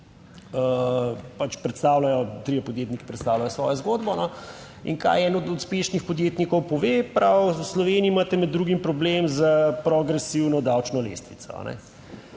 trije podjetniki predstavljajo svojo zgodbo. In kaj eden od uspešnih podjetnikov pove? V Sloveniji imate med drugim problem s progresivno davčno lestvico.